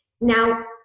Now